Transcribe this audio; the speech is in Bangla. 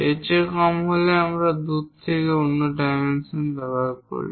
এর চেয়ে কম হলে আমরা দূর থেকে অন্য ডাইমেনশন ব্যবহার করি